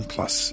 Plus